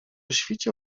świcie